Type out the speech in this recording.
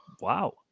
Wow